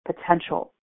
potential